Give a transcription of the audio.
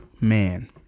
man